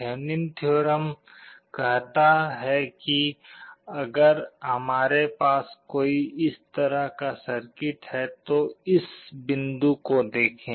Thevenin theorem Thevenin's theorem कहता है कि अगर हमारे पास कोई इस तरह का सर्किट है तो इस बिंदु को देखें